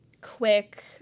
quick